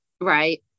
right